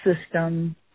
system